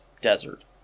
desert